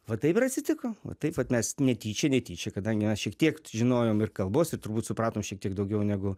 va taip ir atsitiko va taip vat mes netyčia netyčia kadangi aš šiek tiek žinojom ir kalbos ir turbūt supratom šiek tiek daugiau negu